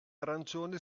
arancione